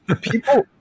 people